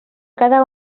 cada